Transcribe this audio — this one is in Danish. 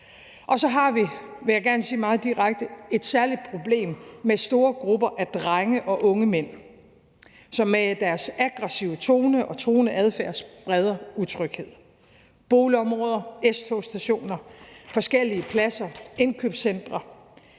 meget direkte, et særligt problem med store grupper af drenge og unge mænd, som med deres aggressive tone og truende adfærd spreder utryghed. Det drejer sig om boligområder, S-togsstationer, forskellige pladser og indkøbscentre.